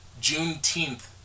Juneteenth